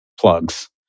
plugs